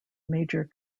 major